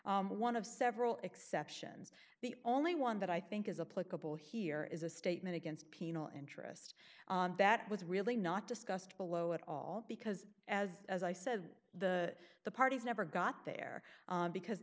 one of several exceptions the only one that i think is a political here is a statement against penal interest that was really not discussed below at all because as i said the the parties never got there because